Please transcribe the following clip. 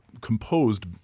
composed